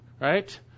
right